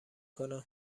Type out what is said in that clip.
کنم